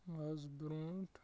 آز برونٛٹھ